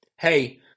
Hey